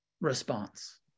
response